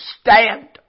stand